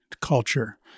culture